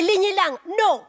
no